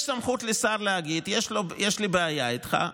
יש סמכות לשר להגיד: יש לי בעיה איתך.